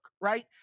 Right